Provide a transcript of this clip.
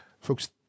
Folks